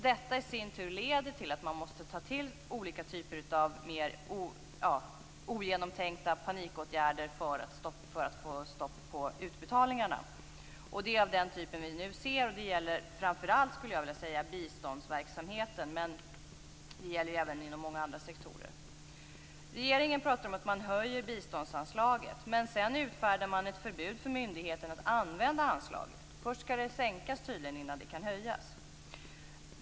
Detta i sin tur leder till att man måste ta till olika typer av mer ogenomtänkta panikåtgärder för att få stopp på utbetalningarna. Det är den typen av åtgärder vi nu ser. Det gäller framför allt biståndsverksamheten men även inom många andra sektorer. Regeringen talar om att höja biståndsanslaget. Sedan utfärdar man ett förbud för myndigheten att använda anslaget. Först skall det tydligen sänkas innan det kan höjas.